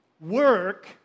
Work